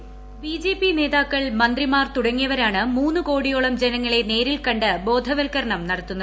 voice BJP നേതാക്കൾ മന്ത്രിമാർ തുടങ്ങിയവരാണ് മൂന്ന് കോടിയോളം ജനങ്ങളെ നേരിൽക്കണ്ട് ബോധവൽക്കരണം നടത്തുന്നത്